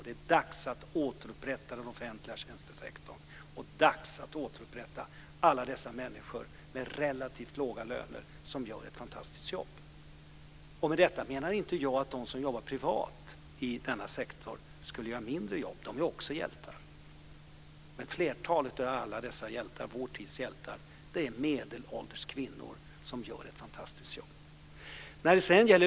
Det är dags att återupprätta den offentliga tjänstesektorn och det är dags att återupprätta alla dessa människor med relativt låga löner som gör ett fantastiskt jobb. Jag menar inte att de som jobbar privat i denna sektor skulle göra ett mindre jobb. De är också hjältar. Men flertalet av alla dessa vår tids hjältar är medelålders kvinnor som gör ett fantastiskt jobb.